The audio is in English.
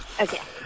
Okay